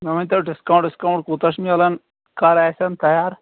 وۅنۍ ؤنۍتَو ڈِسکاوُنٛٹ وِسکاوُنٛٹ کوٗتاہ چھُ میلان کَر آسَن تیار